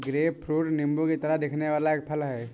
grapefruit नींबू की तरह दिखने वाला एक फल है